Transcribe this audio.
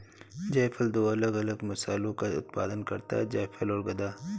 जायफल दो अलग अलग मसालों का उत्पादन करता है जायफल और गदा